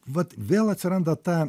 vat vėl atsiranda ta